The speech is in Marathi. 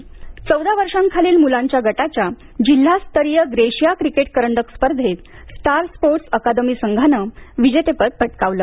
ग्रेशीया क्रिकेट चौदा वर्षांखालील मूलांच्या गटाच्या जिल्हास्तरीय ग्रेशीया क्रिकेट करंडक स्पर्धेत स्टार स्पोर्ट्स अकादमी संघानं विजेतेपद पटकावलं